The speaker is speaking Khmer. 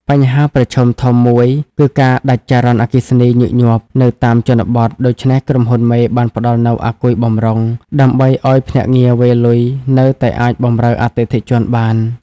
បញ្ហាប្រឈមធំមួយគឺ "ការដាច់ចរន្តអគ្គិសនីញឹកញាប់" នៅតាមជនបទ ដូច្នេះក្រុមហ៊ុនមេបានផ្ដល់នូវ "អាគុយបម្រុង" ដើម្បីឱ្យភ្នាក់ងារវេរលុយនៅតែអាចបម្រើអតិថិជនបាន។